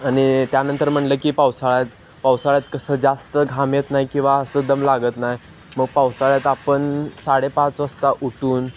आणि त्यानंतर म्हणलं की पावसाळ्यात पावसाळ्यात कसं जास्त घाम येत नाही किंवा असं दम लागत नाही मग पावसाळ्यात आपण साडे पाच वाजता उठून